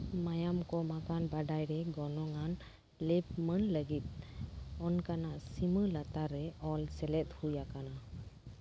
ᱢᱟᱭᱟᱢ ᱠᱚᱢ ᱟᱠᱟᱱ ᱵᱟᱰᱟᱭ ᱨᱮ ᱜᱚᱱᱚᱝ ᱟᱱ ᱞᱮᱵᱽ ᱢᱟᱹᱱ ᱞᱟᱜᱤᱫ ᱚᱱᱠᱟᱱᱟᱜ ᱥᱤᱢᱟᱹ ᱞᱟᱛᱟᱨ ᱨᱮ ᱚᱞ ᱥᱮᱞᱮᱫ ᱦᱳᱭ ᱟᱠᱟᱱᱟ